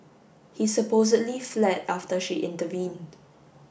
he supposedly fled after she intervened